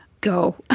go